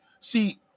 See